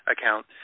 account